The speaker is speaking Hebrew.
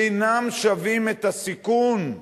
אינם שווים את הסיכון.